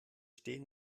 stehen